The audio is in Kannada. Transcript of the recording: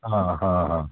ಹಾಂ ಹಾಂ ಹಾಂ